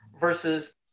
versus